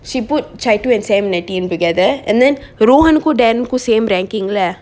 she put chitu and sam in a team together and then rowen who then who same ranking leh